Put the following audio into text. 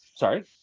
Sorry